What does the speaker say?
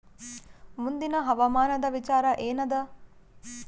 ಮುಂದಿನ ಹವಾಮಾನದ ವಿಚಾರ ಏನದ?